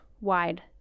wide